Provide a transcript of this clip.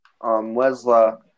Wesla